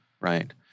Right